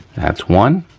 that's one,